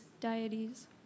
deities